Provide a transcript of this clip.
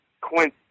Quint